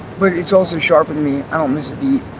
but it's also sharpened me, i don't miss a beat.